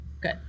Good